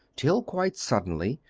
till, quite suddenly,